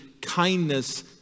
kindness